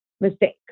mistakes